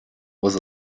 was